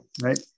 Right